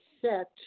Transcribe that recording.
set